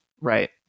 right